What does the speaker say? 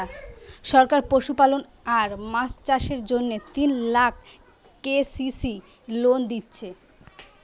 সরকার পশুপালন আর মাছ চাষের জন্যে তিন লাখ কে.সি.সি লোন দিচ্ছে